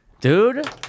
dude